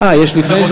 זה נכון